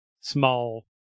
small